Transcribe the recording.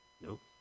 Nope